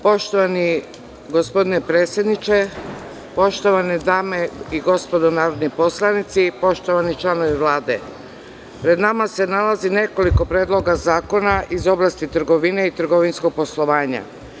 Poštovani gospodine predsedniče, poštovane dame i gospodo narodni poslanici, poštovani članovi Vlade, pred nama se nalazi nekoliko predloga zakona iz oblasti trgovine i trgovinskog poslovanja.